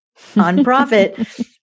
nonprofit